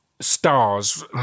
stars